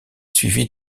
suivi